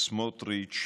שסמוטריץ',